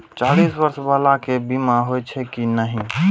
चालीस बर्ष बाला के बीमा होई छै कि नहिं?